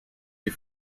die